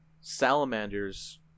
Salamanders